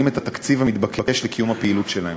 את התקציב המתבקש לקיום הפעילות שלהם.